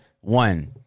One